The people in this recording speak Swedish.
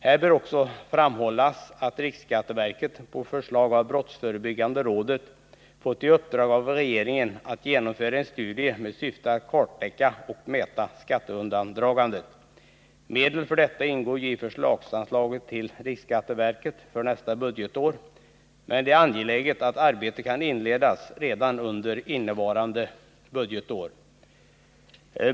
Här bör också framhållas att RSV på förslag av brottsförebyggande rådet fått i uppdrag av regeringen att genomföra en studie med syfte att kartlägga och mäta skatteundandragandet. Medel för detta ingår ju i förslagsanslaget till RSV för nästa budgetår. Men det är angeläget att arbetet kan inledas redan under innevarande budgetår.